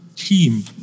Team